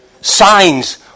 signs